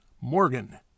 Morgan